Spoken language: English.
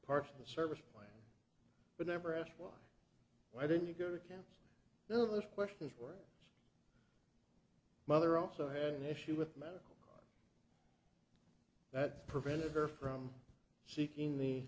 parts of the service plan but never asked why why didn't you go to camps those questions were mother also had an issue with medical that prevented her from seeking the